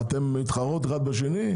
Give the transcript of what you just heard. אתן מתחרות אחת בשנייה?